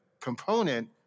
component